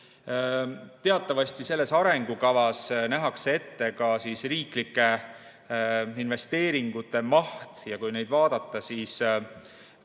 Teatavasti selles arengukavas nähakse ette ka riiklike investeeringute maht ja kui neid vaadata, siis